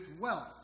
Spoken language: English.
wealth